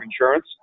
insurance